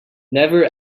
never